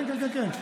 יש זמן להשתכנע.